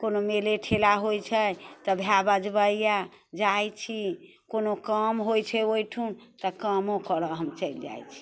कोनो मेले ठेला होत छै तऽ भाय बजबैया जाइत छी कोनो काम होइत छै ओहिठुन तऽ कामो करऽ हम चलि जाइत छी